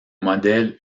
modèle